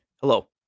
Hello